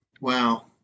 Wow